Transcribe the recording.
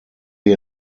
wir